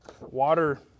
Water